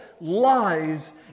lies